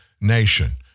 nation